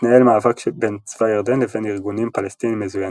התנהל מאבק בין צבא ירדן לבין ארגונים פלסטינים מזוינים.